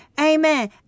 Amen